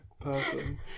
person